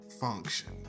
function